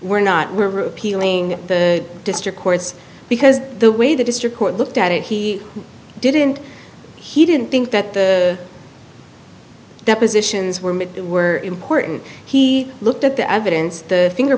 we're not we're appealing the district courts because the way the district court looked at it he didn't he didn't think that the depositions were were important he looked at the evidence the finger